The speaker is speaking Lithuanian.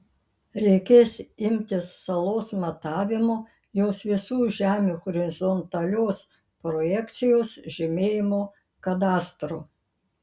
reikės imtis salos matavimo jos visų žemių horizontalios projekcijos žymėjimo kadastro